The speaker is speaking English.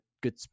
good